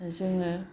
जोङो